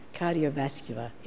cardiovascular